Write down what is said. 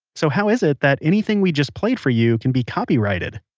so how is it that anything we just played for you can be copyrighted?